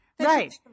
right